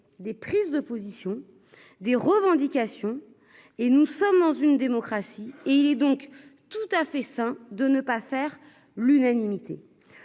des prises de position des revendications et nous sommes dans une démocratie et donc tout à fait sain de ne pas faire l'unanimité